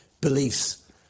beliefs